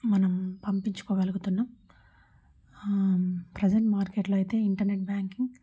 మనం పంపించుకోగలుగుతున్నాము ప్రజంట్ మార్కెట్లో అయితే ఇంటర్నెట్ బ్యాంకింగ్